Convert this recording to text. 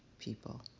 people